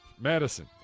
Madison